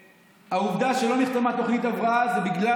העובדה שלא נחתמה תוכנית הבראה זה בגלל